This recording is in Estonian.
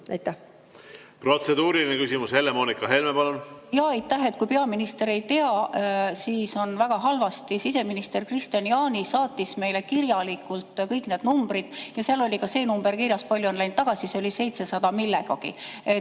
palun! Protseduuriline küsimus, Helle-Moonika Helme, palun! Jaa, aitäh! Kui peaminister ei tea, siis on väga halvasti. Siseminister Kristian Jaani saatis meile kirjalikult kõik need numbrid ja seal oli ka see number kirjas, kui palju on läinud tagasi, see oli 700 millegagi.